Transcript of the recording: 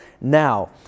now